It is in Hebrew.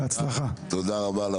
תודה רבה.